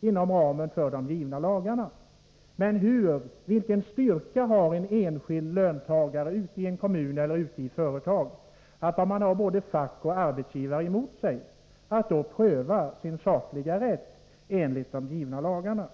inom ramen för de givna lagarna — men vilken styrka har en enskild löntagare i en kommun eller ett företag, om han har både facket och arbetsgivaren emot sig när han skall pröva sin sakliga rätt enligt de givna lagarna?